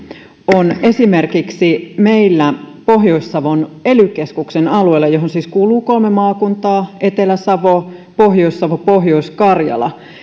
on esimerkiksi meillä pohjois savon ely keskuksen alueella johon siis kuuluu kolme maakuntaa etelä savo pohjois savo pohjois karjala